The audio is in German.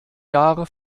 jahre